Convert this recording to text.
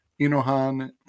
Inohan